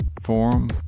forum